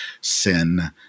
sin